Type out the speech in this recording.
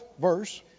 verse